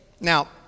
Now